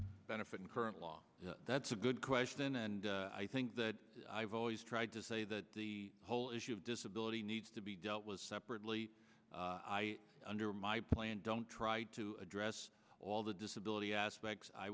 benefit in current law that's a good question and i think that i've always tried to say that the whole issue of disability needs to be dealt with separately i under my plan don't try to address all the disability aspects i